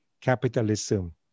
capitalism